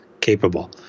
capable